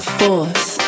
force